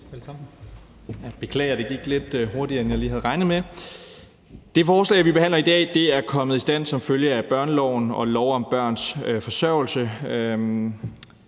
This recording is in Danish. beklager forsinkelsen, men det gik lidt hurtigere, end jeg lige havde regnet med. Det forslag, vi behandler her, er kommet i stand som følge af børneloven og lov om børns forsørgelse,